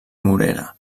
morera